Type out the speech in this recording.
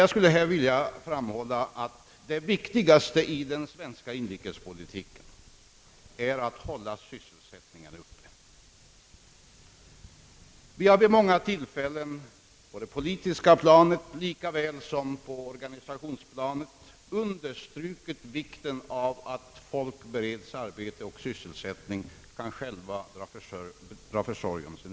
Jag skulle här vilja framhålla att det viktigaste i vår inrikespolitik är att hålla sysselsättningen uppe. Vi har vid många tillfällen, på det politiska planet lika väl som på organisationsplanet, understrukit vikten av att människor bereds arbete, så att de själva kan svara för sin försörjning.